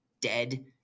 dead